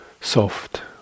soft